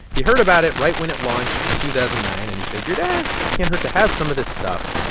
he heard about it right when it launched in two thousand and nine, and he figured, ah can't hurt to have some of this stuff.